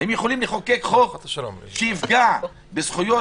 הם יכולים לחוקק חוק שיפגע בזכויות